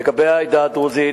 לגבי העדה הדרוזית,